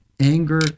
anger